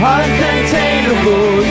uncontainable